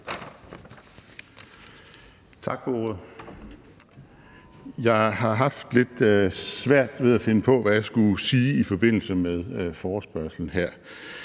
Tak for ordet. Jeg har haft lidt svært ved at finde på, hvad jeg skulle sige i forbindelse med forespørgslen her,